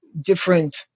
Different